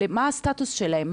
מה הסטטוס שלהם?